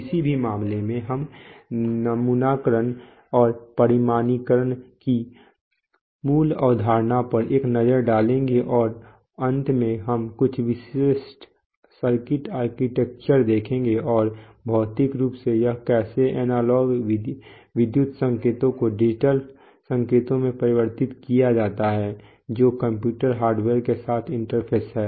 किसी भी मामले में हम नमूनाकरण और परिमाणीकरण की मूल अवधारणा पर एक नज़र डालेंगे और अंत में हम कुछ विशिष्ट सर्किट आर्किटेक्चर देखेंगे और भौतिक रूप से यह कैसे एनालॉग विद्युत संकेतों को डिजिटल संकेतों में परिवर्तित किया जाता है जो कंप्यूटर हार्डवेयर के साथ इंटरफ़ेस हैं